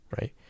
right